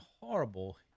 horrible